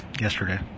yesterday